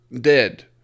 dead